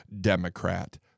Democrat